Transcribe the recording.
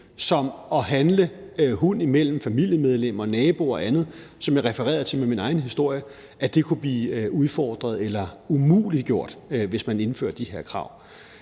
det at handle hund imellem familiemedlemmer, naboer og andre, hvilket jeg refererede til med min egen historie, kunne blive udfordret eller umuliggjort, hvis man indfører de her krav.